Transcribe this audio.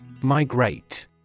Migrate